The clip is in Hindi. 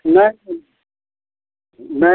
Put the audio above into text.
नहीं नहीं